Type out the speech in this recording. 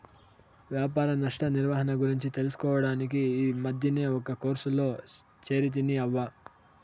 వ్యాపార నష్ట నిర్వహణ గురించి తెలుసుకోడానికి ఈ మద్దినే ఒక కోర్సులో చేరితిని అవ్వా